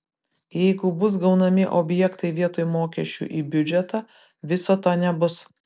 jeigu bus gaunami objektai vietoj mokesčių į biudžetą viso to nebus